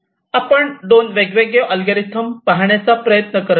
आपण 2 वेगवेगळे अल्गोरिदम पाहण्याचा प्रयत्न करत आहोत